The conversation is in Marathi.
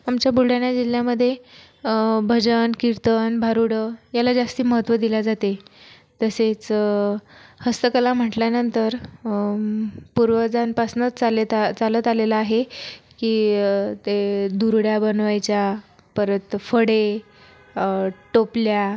आमच्या बुलढाणा जिल्ह्यामध्ये भजन कीर्तन भारुडं याला जास्ती महत्त्व दिले जाते तसेच हस्तकला म्हटल्यानंतर पूर्वजांपासूनच चालेता चालत आलेलं आहे की ते दुरड्या बनवायच्या परत फळे टोपल्या